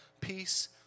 peace